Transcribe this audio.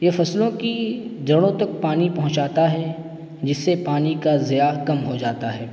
یہ فصلوں کی جڑوں تک پانی پہنچاتا ہے جس سے پانی کا ضیاع کم ہو جاتا ہے